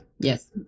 Yes